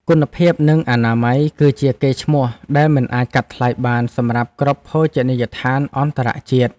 គុណភាពនិងអនាម័យ គឺជាកេរ្តិ៍ឈ្មោះដែលមិនអាចកាត់ថ្លៃបានសម្រាប់គ្រប់ភោជនីយដ្ឋានអន្តរជាតិ។